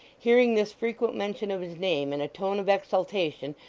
hearing this frequent mention of his name in a tone of exultation,